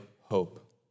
hope